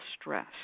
stress